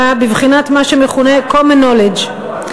בבחינת מה שמכונה common knowledge.